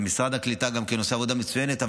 גם משרד הקליטה עושה עבודה מצוינת.